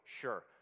Sure